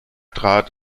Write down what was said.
trat